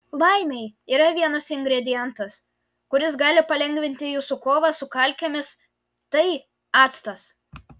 laimei yra vienas ingredientas kuris gali palengvinti jūsų kovą su kalkėmis tai actas